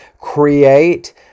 create